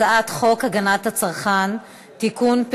הצעת חוק הגנת הצרכן (תיקון,